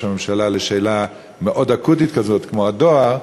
הממשלה לשאלה מאוד אקוטית כזאת כמו הדואר,